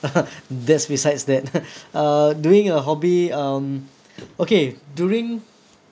that's besides that uh doing a hobby um okay during